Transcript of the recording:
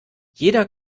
jeder